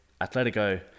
Atletico